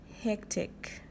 hectic